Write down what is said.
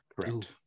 Correct